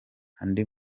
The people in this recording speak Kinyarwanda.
andi